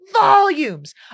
volumes